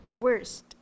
Worst